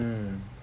um